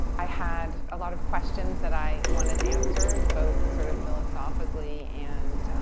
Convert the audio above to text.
i had a lot of questions that i wanted answered, both sort of philosophically and,